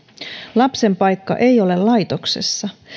lapsen paikka ei ole laitoksessa